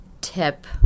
tip